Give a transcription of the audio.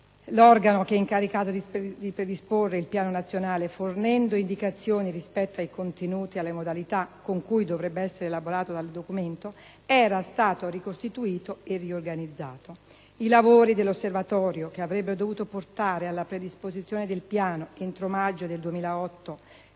l'organo che è incaricato di predisporre il Piano nazionale fornendo indicazioni rispetto ai contenuti ed alle modalità con cui dovrebbe essere elaborato tale documento, era stato ricostituito e riorganizzato. I lavori dell'Osservatorio, che avrebbero dovuto portare alla predisposizione del Piano entro il mese